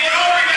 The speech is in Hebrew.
כי הוא גינקולוג.